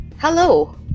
Hello